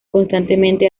constantemente